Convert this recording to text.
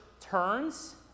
turns